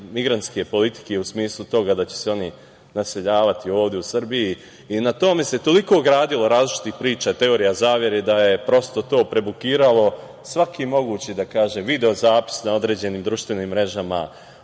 antimigrantske politike u smislu toga da će se oni naseljavati ovde u Srbiji i na tome se toliko gradilo različitih priča, teorija zavere da je prosto to prebukiralo svaki mogući video zapis na određenim društvenim mrežama,